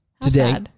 Today